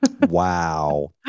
Wow